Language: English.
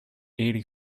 eighty